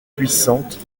puissances